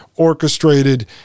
orchestrated